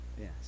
Yes